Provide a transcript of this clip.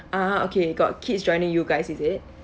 ah okay got kids joining you guys is it